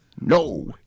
No